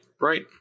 Right